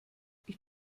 ich